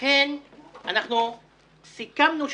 לכן אנחנו סיכמנו שנתערב.